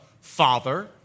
Father